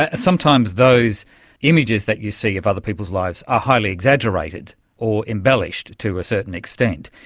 ah sometimes those images that you see of other people's lives are highly exaggerated or embellished to a certain extent.